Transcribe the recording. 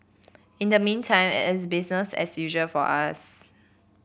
in the meantime it's busier as usual for us